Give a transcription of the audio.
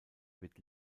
wird